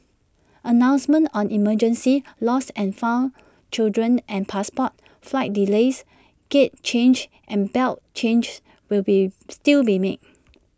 announcements on emergencies lost and found children and passports flight delays gate changes and belt changes will still be made